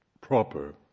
proper